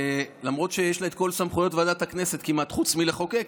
למרות שיש לה כמעט את כל סמכויות ועדת הכנסת חוץ מלחוקק,